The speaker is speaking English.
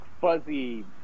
Fuzzy